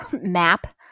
map